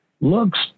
looks